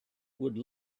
would